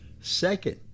Second